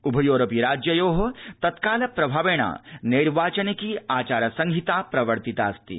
उभयोरपि राज्ययोः तत्कालप्रभावेण नैर्वाचनिकी आचार संहिता प्रवर्तितास्ति